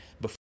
before-